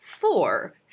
four